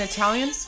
Italian